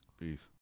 Peace